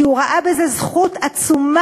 כי הוא ראה בזה זכות עצומה,